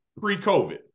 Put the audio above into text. pre-COVID